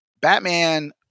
Batman